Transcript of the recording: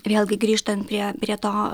vėlgi grįžtant prie prie to